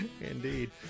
Indeed